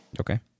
Okay